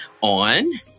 on